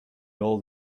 old